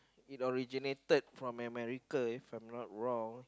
it originated from American if I'm not wrong